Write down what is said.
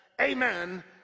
amen